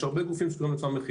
יש הרבה גופים --- המכינות.